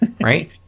Right